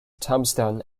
tombstone